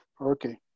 Okay